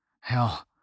Hell